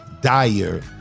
dire